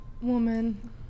Woman